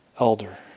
elder